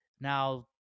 now